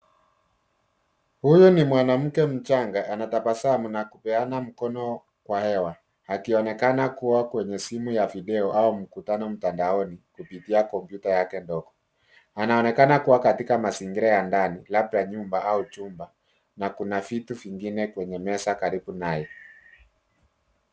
Huyu ni mwanamke mchanga anatabasamu na kupeana mkono kwa hewa akionekana kuwa kwenye simu ya video au mkutano mtandaoni kupitia kompyuta yake ndogo. Anaonekana kuwa katika mazingira ya ndani labda nyumba au chumba na kuna vitu vingine kwenye meza karibu naye.